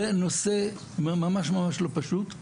זה נושא ממש ממש לא פשוט,